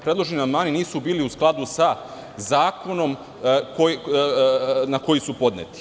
Predloženi amandmani nisu bili u skladu sa zakonom na koji su podneti.